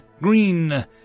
Green